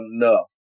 enough